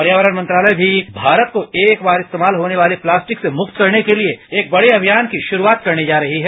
पर्यावरण मंत्रालय भी भारत को एक बार इस्तेमाल होने वाली प्लास्टिक से मुक्त करने के लिए एक बड़े अभियान की शुरूआत करने जा रही है